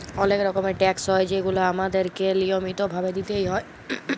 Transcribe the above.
অলেক রকমের ট্যাকস হ্যয় যেগুলা আমাদেরকে লিয়মিত ভাবে দিতেই হ্যয়